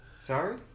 Sorry